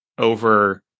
over